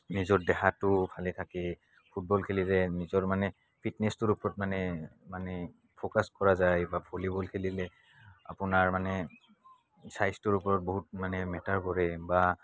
নিজৰ দেহাটো ভালে থাকে ফুটবল খেলিলে নিজৰ মানে ফিটনেছটোৰ ওপৰত মানে মানে ফ'কাচ কৰা যায় বা ভলীবল খেলিলে আপোনাৰ মানে স্বাস্থ্যৰ ওপৰত বহুত মানে মেটাৰ কৰে বা